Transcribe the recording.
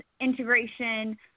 integration –